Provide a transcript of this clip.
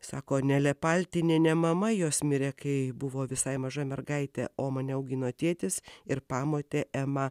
sako nelė paltinienė mama jos mirė kai buvo visai maža mergaitė o mane augino tėtis ir pamotė ema